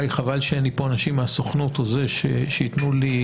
חבל שאין לי פה אנשים מהסוכנות שייתנו לי